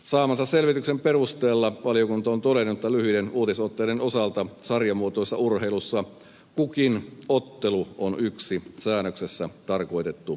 saamansa selvityksen perusteella valiokunta on todennut että lyhyiden uutisotteiden osalta sarjamuotoisessa urheilussa kukin ottelu on yksi säännöksessä tarkoitettu tapahtuma